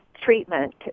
treatment